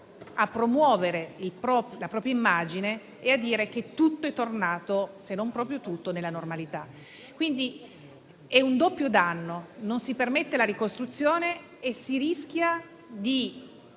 promuovere la propria immagine e per dire che tutto o quasi è tornato nella normalità. Quindi, è un doppio danno: non si permette la ricostruzione e si rischia di